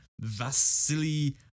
Vasily